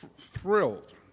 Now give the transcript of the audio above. thrilled